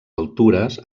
altures